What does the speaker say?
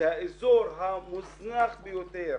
שהאזור המוזנח ביותר,